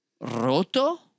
¿Roto